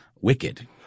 wicked